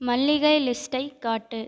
மளிகை லிஸ்ட்டை காட்டு